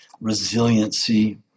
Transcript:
resiliency